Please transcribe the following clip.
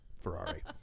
ferrari